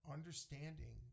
Understanding